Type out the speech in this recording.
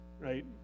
right